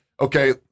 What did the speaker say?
okay